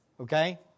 Okay